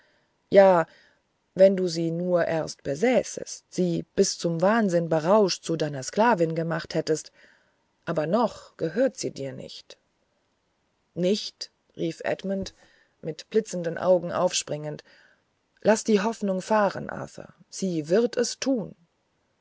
ja wenn du sie nur erst besäßest sie bis zum wahnsinn berauscht zu deiner sklavin gemacht hättest aber noch gehört sie dir nicht nicht rief edmund mit blitzenden augen aufspringend laß die hoffnung fahren arthur sie wird es tun